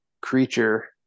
creature